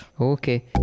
Okay